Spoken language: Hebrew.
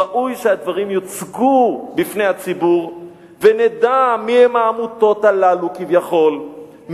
ראוי שהדברים יוצגו בפני הציבור ונדע מי העמותות הללו כביכול,